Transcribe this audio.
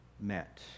met